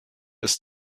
ist